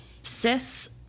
cis